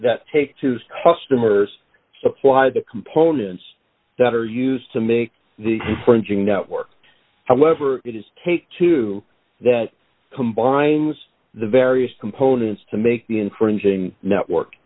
that take two customers supply the components that are used to make the infringing network however it is take two that combines the various components to make the infringing network